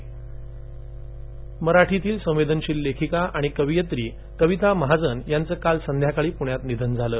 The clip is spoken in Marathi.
कविता महाजन निधन मराठीतील संवेदनशील लेखिका आणि कवयित्री कविता महाजन यांचं काल संध्याकाळी पुण्यात निधन झाले